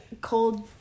cold